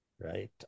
right